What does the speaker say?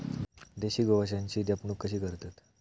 देशी गोवंशाची जपणूक कशी करतत?